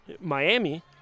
Miami